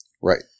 Right